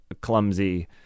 clumsy